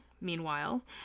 meanwhile